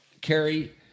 Carrie